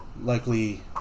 likely